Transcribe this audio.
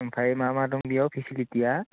ओमफ्राय मा मा दं बेयाव फेसिलिटिया